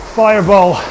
fireball